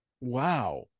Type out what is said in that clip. Wow